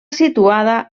situada